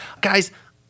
guys